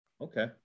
okay